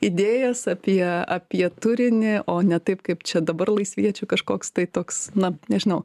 idėjas apie apie turinį o ne taip kaip čia dabar laisviečių kažkoks tai toks na nežinau